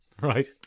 Right